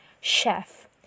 chef